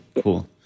cool